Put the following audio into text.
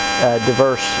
diverse